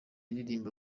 aririmba